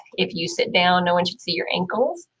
if you sit down no one should see your ankles.